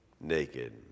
naked